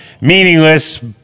Meaningless